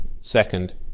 Second